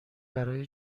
برای